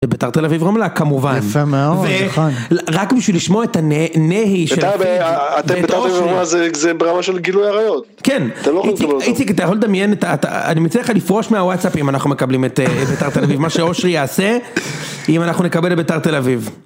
ביתר תל אביב רומלה כמובן, רק בשביל לשמוע את הנהי של אפיק. אתם ביתר תל אביב זה ברמה של גילוי עריות. כן, איציק אתה יכול לדמיין, אני מציע לך לפרוש מהוואטסאפ אם אנחנו מקבלים את ביתר תל אביב, מה שאושרי יעשה אם אנחנו נקבל את ביתר תל אביב.